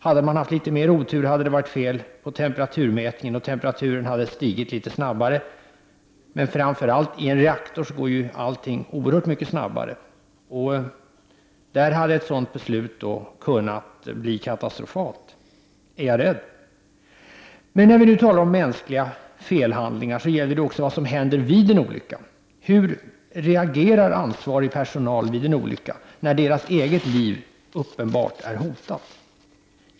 Hade man haft litet mer otur kunde man ha haft fel på temperaturmätningen och temperaturen hade stigit litet snabbare. Men framför allt: i en reaktor går ju allting oerhört mycket snabbare. Om man hade haft fel på temperaturmätningen i det här fallet, är jag rädd att ett sådant här beslut hade kunnat bli katastrofalt. När vi nu talar om mänskliga felhandlingar gäller det också vad som händer vid en olycka. Hur reagerar ansvarig personal vid en olycka när eget liv uppenbart är hotat?